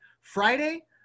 Friday